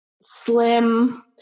slim